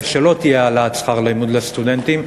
שלא תהיה העלאת שכר לימוד לסטודנטים.